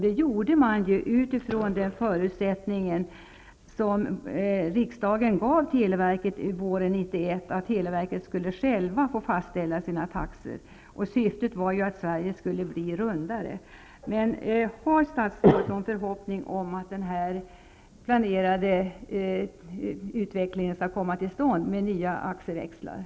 Det gjorde man utifrån den förutsättning som riksdagen gav televerket våren 1991, nämligen att televerket självt skulle få fastställa sina taxor. Syftet var att Sverige skulle bli rundare. Har statsrådet någon förhoppning om att den utveckling som har planerats med nya AXE-växlar skall komma till stånd?